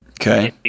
Okay